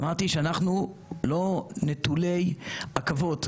אמרתי שאנחנו לא נטולי עכבות.